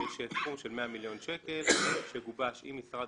יש סכום של 100 מיליון שקל שגובש עם משרד